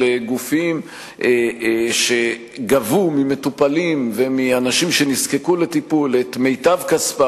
של גופים שגבו ממטופלים ומאנשים שנזקקו לטיפול את מיטב כספם,